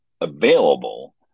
available